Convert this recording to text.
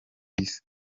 isi